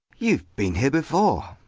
you've been here before,